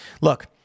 Look